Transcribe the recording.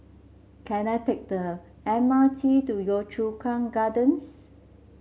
can I take the M R T to Yio Chu Kang Gardens